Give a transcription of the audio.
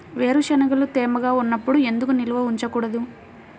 వేరుశనగలు తేమగా ఉన్నప్పుడు ఎందుకు నిల్వ ఉంచకూడదు?